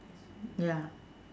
ya